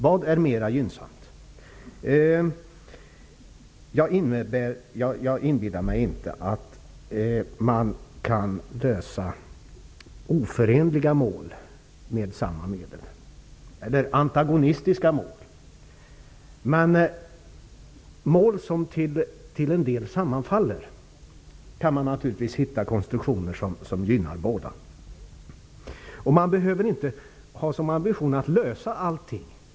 Vad är mera gynnsamt? Jag inbillar mig inte att man kan uppnå oförenliga eller antagonistiska mål med samma medel. Men i fråga om mål som till en del sammanfaller kan man naturligtvis hitta konstruktioner som gynnar båda. Man behöver inte ha som ambition att lösa allt.